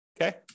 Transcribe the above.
okay